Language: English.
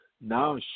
Now